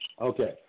Okay